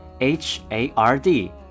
H-A-R-D